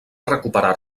recuperar